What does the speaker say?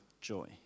joy